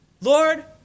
Lord